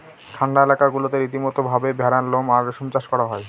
ঠান্ডা এলাকা গুলাতে রীতিমতো ভাবে ভেড়ার লোম আর রেশম চাষ করা হয়